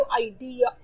idea